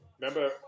remember